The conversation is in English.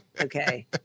Okay